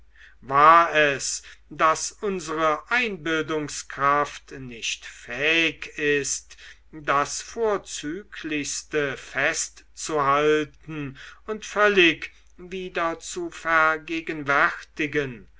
war es daß unsere einbildungskraft nicht fähig ist das vorzüglichste festzuhalten und völlig wieder zu vergegenwärtigen